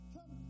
Come